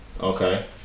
Okay